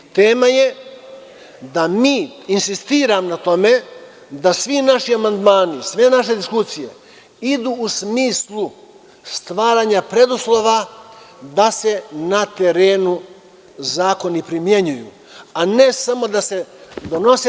Tema je da mi insistiramo na tome da svi naši amandmani i sve naše diskusije idu u smislu stvaranja preduslova da se na terenu zakoni primenjuju, a ne samo da se zakoni donose.